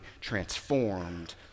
transformed